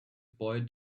boy